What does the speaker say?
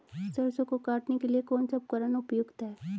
सरसों को काटने के लिये कौन सा उपकरण उपयुक्त है?